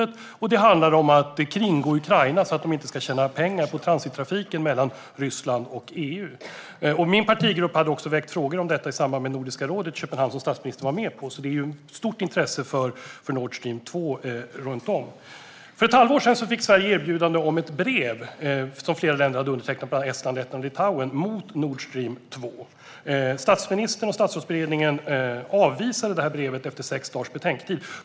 Ett tredje skäl är att det handlar om att kringgå Ukraina så att de inte ska tjäna några pengar på transittrafiken mellan Ryssland och EU. Min partigrupp väckte frågor om detta i samband med Nordiska rådet i Köpenhamn, som statsministern var med på. Det finns ett stort intresse för Nord Stream 2 överlag. För ett halvår sedan fick Sverige ett erbjudande om att skriva under ett brev mot Nord Stream 2, som flera länder - bland andra Estland, Lettland och Litauen - hade undertecknat. Statsministern och statsrådsberedningen avvisade detta brev efter sex dagars betänketid.